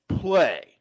play